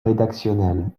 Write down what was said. rédactionnelle